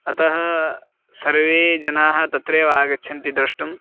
अतः सर्वे जनाः तत्रैव आगच्छन्ति द्रष्टुं